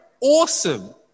awesome